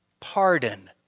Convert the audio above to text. Pardon